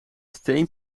steen